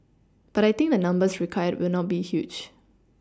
but I think the numbers required will not be huge